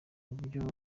buryo